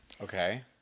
Okay